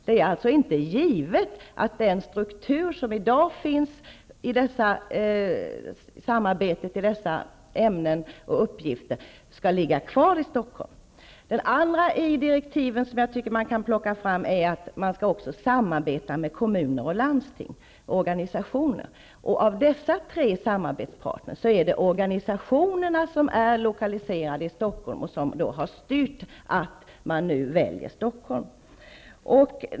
Det är alltså inte givet att den struktur som i dag finns för samarbetet i fråga om dessa uppgifter skall ligga kvar i Stockholm. Det andra i direktiven som jag tycker kan föras fram är att det står att man också skall samarbeta med kommuner, landsting och organisationer. Av dessa tre samarbetspartner är organisationerna lokaliserade till Stockholm, och de har styrt valet av Stockholm i detta fall.